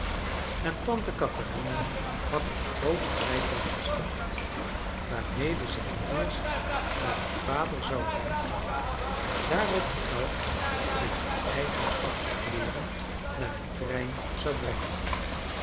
en tante katherina had een groot rijtuig besteld waarmede zij eerst naar hun vader zou rijden en daarop elk met hun eigen pakje kleeren naar den trein zou brengen